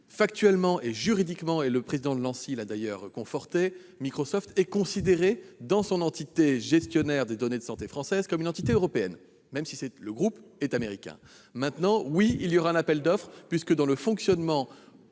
Factuellement et juridiquement- le président de l'Anssi l'a d'ailleurs confirmé -, Microsoft est considéré, dans son entité gestionnaire des données de santé françaises, comme une entité européenne, même si le groupe est américain. Cela dit, oui, il y aura un appel d'offres : pour le fonctionnement